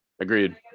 Agreed